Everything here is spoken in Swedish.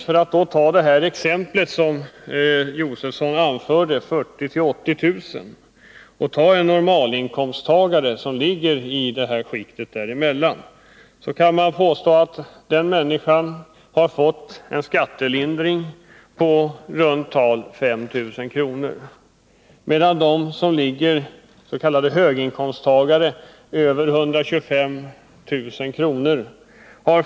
För att ta en normalinkomsttagare i det skikt som Stig Josefson nämnde, 40 000-80 000 kr., kan man påstå att den människan har fått en skattelindring påi runt tal 5 000 kr. medan de höginkomsttagare som ligger över 125 000 kr.